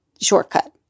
shortcut